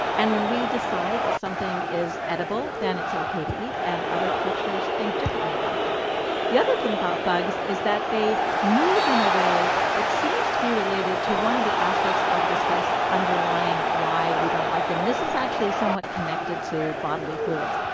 and when we decide that something is edible, then it's ok to eat, and other cultures think differently about that the other thing about bugs is that they move in a way that seems to be related to one of the aspects of disgust underlying why we don't like them, and this is actually somewhat connected to bodily fluids.